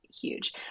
huge